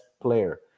player